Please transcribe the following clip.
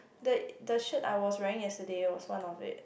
the the shirt I was wearing yesterday was one of it